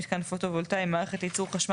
"מיתקן פוטו וולטאי" - מערכת לייצור חשמל